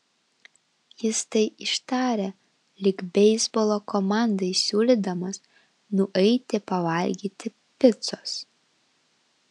jis tai ištarė lyg beisbolo komandai siūlydamas nueiti pavalgyti picos